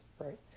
right